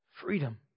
Freedom